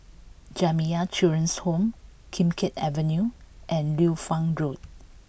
Jamiyah Children's Home Kim Keat Avenue and Liu Fang Road